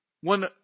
One